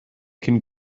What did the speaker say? cyn